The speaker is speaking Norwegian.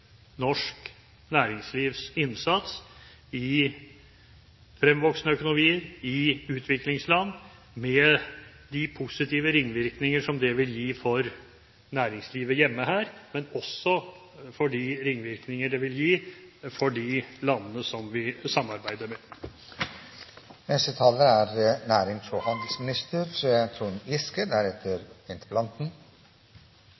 norsk næringslivs innsats i fremvoksende økonomier, i utviklingsland, med de positive ringvirkninger som det vil gi for næringslivet her hjemme, og med de ringvirkninger det vil gi for de landene som vi samarbeider med.